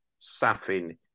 Safin